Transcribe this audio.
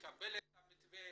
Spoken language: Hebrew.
והמתווה